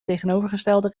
tegenovergestelde